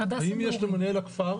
ואם יש מנהל לכפר,